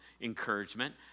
encouragement